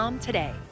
today